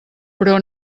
però